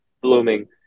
blooming